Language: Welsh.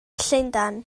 llundain